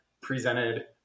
presented